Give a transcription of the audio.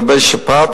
לגבי שפעת,